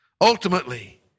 Ultimately